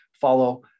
follow